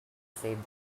saved